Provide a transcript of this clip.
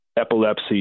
epilepsy